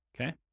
Okay